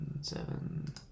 seven